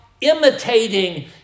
imitating